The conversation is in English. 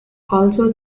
also